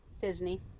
Disney